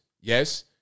yes